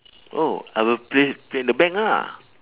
oh I will put in put in the bank lah